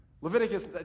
Leviticus